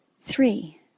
Three